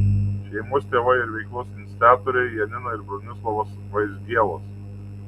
šeimos tėvai ir veiklos iniciatoriai janina ir bronislovas vaizgielos